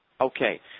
Okay